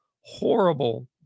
horrible